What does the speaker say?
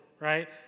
right